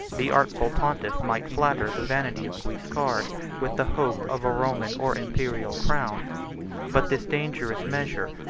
the artful pontiff might flatter the vanity of guiscard with the hope of a roman or imperial crown but this dangerous measure,